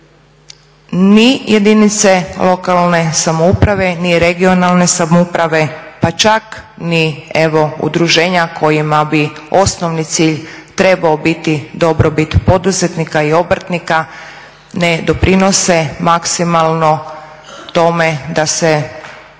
Ni jedinice lokalne samouprave ni regionalne samouprave pa čak ni evo udruženja kojima bi osnovni cilj trebao biti dobrobit poduzetnika i obrtnika ne doprinose maksimalno tome da se